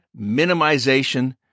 minimization